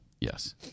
Yes